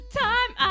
time